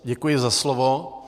Děkuji za slovo.